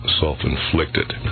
self-inflicted